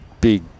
big